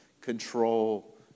control